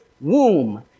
womb